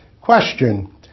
Question